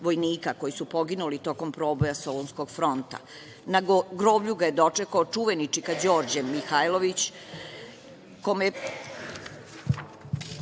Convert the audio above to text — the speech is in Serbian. koji su poginuli tokom proboja Solunskog fronta. Na groblju ga je dočekao čuveni čika Đorđe Mihajlović koji